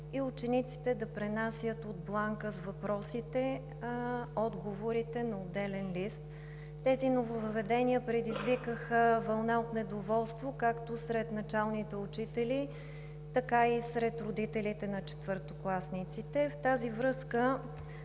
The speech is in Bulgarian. и учениците да пренасят от бланка с въпросите отговорите на отделен лист. Тези нововъведения предизвикаха вълна от недоволство както сред началните учители, така и сред родителите на четвъртокласниците. В тази връзка